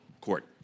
court